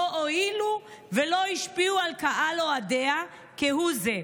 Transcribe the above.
לא הועילו ולא השפיעו על קהל אוהדיה כהוא זה.